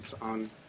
on